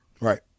Right